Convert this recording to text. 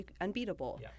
unbeatable